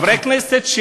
חברי הכנסת עוד היום עלו,